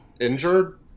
Injured